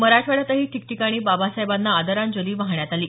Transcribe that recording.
मराठवाड्यातही ठिकठिकाणी बाबासाहेबांना आदरांजली वाहण्यात आली